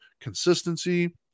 consistency